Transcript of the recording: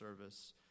service